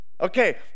Okay